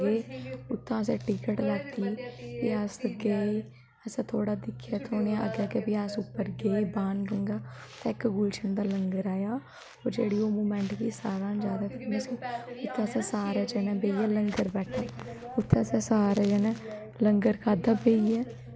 अजकल ते लोकें बड़े शोशा पाए दा मतलव की शैल गै चीजां बनानियैं जां बड्डे बड्डे सटाल लाने अवा इयां इयां ग्रांऽ च तुस दिक्खो ते उत्थें इयैं देसी देसी रुट्टी गै बनदी साढ़ै इत्थे गै साढ़ै घरे दा गै तुस दिक्खो ते अगर कोई दिवाली दवुली होऐ ते किश केह् बनदा